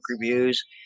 reviews